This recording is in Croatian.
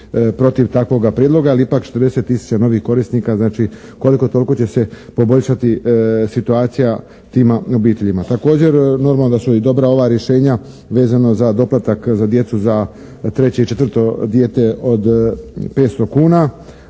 protiv takvoga prijedloga, ali ipak 40 tisuća novih korisnika znači koliko toliko će se poboljšati situacija tima obiteljima. Također normalno da su i dobra ova rješenja vezano za doplatak za djecu za treće i četvrto dijete od 500 kuna,